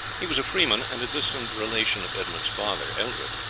he was a freeman, and a distant relation of edmund's father, eldred,